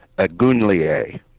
Agunlier